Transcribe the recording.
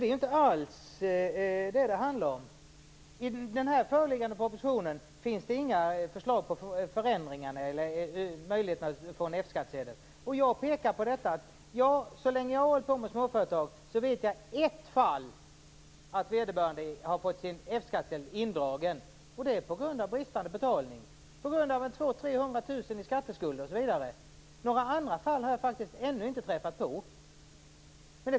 Fru talman! Det handlar alls inte om det. I här föreliggande proposition finns det inga förslag till förändringar när det gäller möjligheten att få en F skattsedel. Under den tid som jag hållit på med småföretag har jag bara sett ett enda exempel på att vederbörande fått sin F-skattsedel indragen. Det berodde bl.a. på bristande betalning. Det var fråga om en skatteskuld på 200 000-300 000 kr. Jag har faktiskt inte träffat på ytterligare fall.